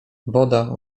woda